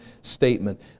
statement